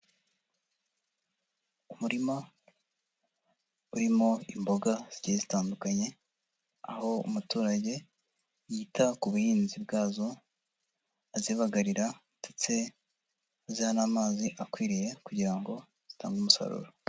Umurima urimo imboga zigiye zitandukanye, aho umuturage yita ku buhinzi bwazo azibagarira ndetse aziha n'amazi akwiriye kugira ngo zitange umusaruro.